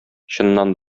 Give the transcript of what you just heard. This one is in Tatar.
чыннан